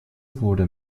wurde